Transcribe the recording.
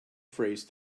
phrase